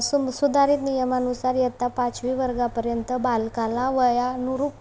सम सुधारित नियमानुसार इयत्ता पाचवी वर्गापर्यंत बालकाला वयानुरूप